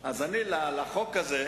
בהצעות,